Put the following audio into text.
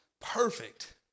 Perfect